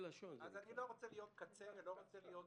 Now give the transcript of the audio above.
אני לא רוצה להיות קצה ולא שפיץ.